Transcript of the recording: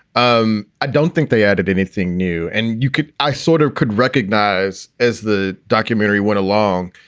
um i don't think they added anything new. and you could i sort of could recognize as the documentary went along,